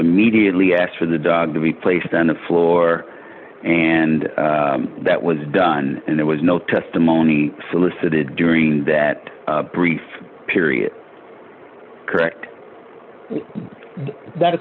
immediately asked for the dog to be placed on the floor and that was done and there was no testimony solicited during that brief period correct that